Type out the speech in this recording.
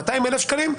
200,000 שקלים,